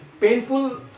painful